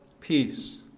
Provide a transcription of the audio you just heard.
peace